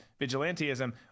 vigilantism